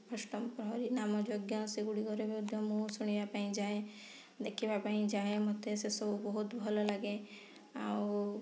ଅଷ୍ଟମପ୍ରହରୀ ନାମ ଜଜ୍ଞ ସେଗୁଡ଼ିକରେ ମଧ୍ୟ ମୁଁ ଶୁଣିବା ପାଇଁ ଯାଏ ଦେଖିବା ପାଇଁ ଯାଏଁ ମୋତେ ସେ ସବୁ ବହୁତ୍ ଭଲ ଲାଗେ ଆଉ ଉଁ